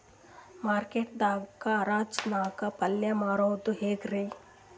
Market ದಾಗ್ ಹರಾಜ್ ನಾಗ್ ಪಲ್ಯ ಮಾರುದು ಹ್ಯಾಂಗ್ ರಿ?